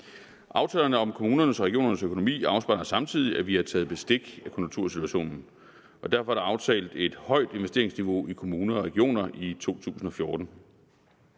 Aftalerne om kommunernes og regionernes økonomi afspejler samtidig, at vi har taget bestik af konjunktursituationen, og derfor er der aftalt et højt investeringsniveau i kommuner og regioner i 2014.